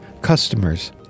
customers